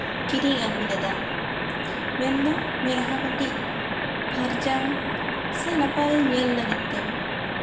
ᱠᱤᱨᱤᱧ ᱟᱹᱜᱩ ᱞᱮᱫᱟ ᱢᱮᱱᱫᱚ ᱢᱮᱫᱦᱟ ᱠᱟᱹᱴᱤᱪ ᱯᱷᱟᱨᱪᱟ ᱥᱮ ᱱᱟᱯᱟᱭ ᱧᱮᱞ ᱞᱟᱹᱜᱤᱫ ᱛᱮ